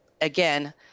Again